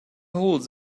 holes